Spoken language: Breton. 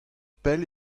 pell